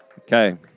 Okay